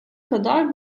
kadar